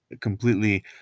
completely